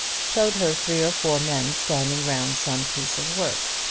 showed her three or four men standing round some piece of work.